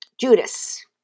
Judas